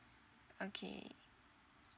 okay